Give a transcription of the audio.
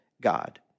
God